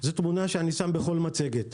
תמונה שאני שם בכל מצגת.